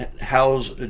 house